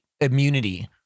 immunity